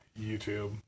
YouTube